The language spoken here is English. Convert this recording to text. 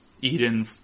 Eden